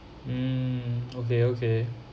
mm okay okay